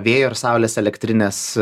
vėjo ir saulės elektrinės